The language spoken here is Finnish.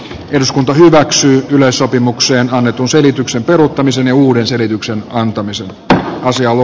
eduskunta hyväksyi yleissopimukseen annetun selityksen peruuttamisesta ja uuden selityksen antamiseen että asia on